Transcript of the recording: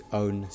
own